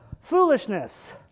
foolishness